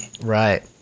Right